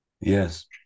Yes